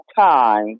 time